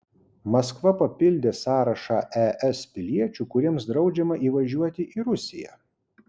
maskva papildė sąrašą es piliečių kuriems draudžiama įvažiuoti į rusiją